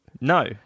No